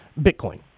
Bitcoin